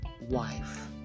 wife